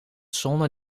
sonde